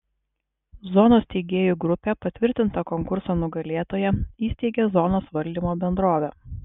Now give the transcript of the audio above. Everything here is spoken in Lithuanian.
zonos steigėjų grupė patvirtinta konkurso nugalėtoja įsteigia zonos valdymo bendrovę